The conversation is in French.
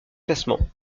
classement